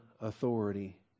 authority